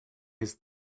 his